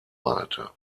malte